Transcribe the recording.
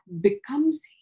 becomes